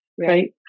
right